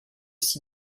site